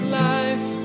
life